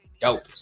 dope